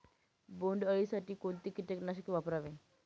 बोंडअळी साठी कोणते किटकनाशक वापरावे?